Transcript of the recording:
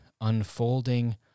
unfolding